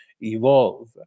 evolve